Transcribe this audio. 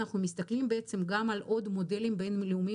אנחנו מסתכלים גם על עוד מודלים בינלאומיים